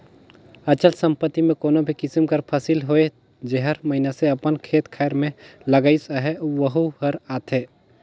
अचल संपत्ति में कोनो भी किसिम कर फसिल होए जेहर मइनसे अपन खेत खाएर में लगाइस अहे वहूँ हर आथे